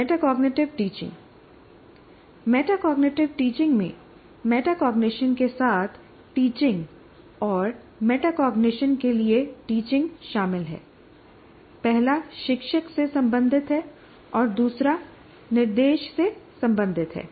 metacognitive teaching metacognitively teaching में मेटाकॉग्निशनके साथ टीचिंग और मेटाकॉग्निशन के लिए टीचिंग शामिल है पहला शिक्षक से संबंधित है और दूसरा निर्देश से संबंधित है